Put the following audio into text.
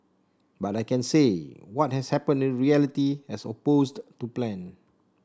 but I can say what has happened in reality as opposed to plan